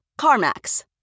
CarMax